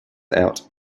out